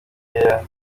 yera